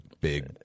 big